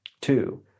two